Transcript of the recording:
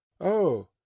Oh